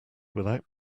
without